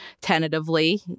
tentatively